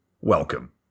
welcome